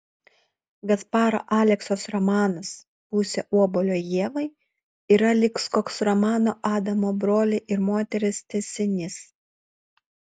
gasparo aleksos romanas pusė obuolio ievai yra lyg koks romano adomo broliai ir moterys tęsinys